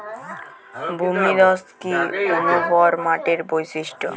ভূমিধস কি অনুর্বর মাটির বৈশিষ্ট্য?